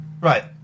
Right